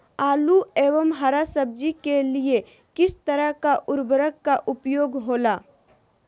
आलू एवं हरा सब्जी के लिए किस तरह का उर्वरक का उपयोग होला?